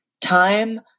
time